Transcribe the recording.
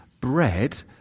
bread